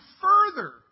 further